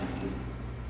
peace